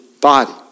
body